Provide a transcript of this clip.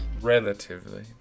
Relatively